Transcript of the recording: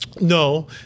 No